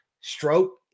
stroke